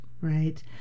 Right